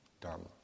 Dharma